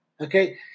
Okay